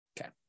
Okay